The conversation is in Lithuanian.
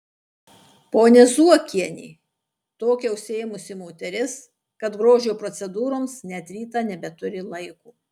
ponia zuokienė tokia užsiėmusi moteris kad grožio procedūroms net rytą nebeturi laiko